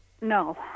no